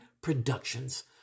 productions